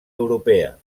europea